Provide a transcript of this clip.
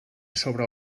sobre